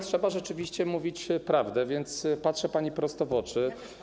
Trzeba rzeczywiście mówić prawdę, więc patrzę pani prosto w oczy.